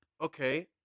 Okay